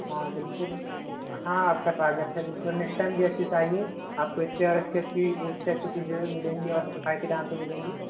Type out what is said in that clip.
हाँ बिलकुल हाँ आपका स्वागत है बिलकुल नेक्स्ट टाइम भी अच्छे से आइए आप को इससे और अच्छी अच्छी बहुत से अच्छी चीज़ें मिलेंगी और किफ़ायती दाम पे मिलेंगी